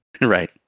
Right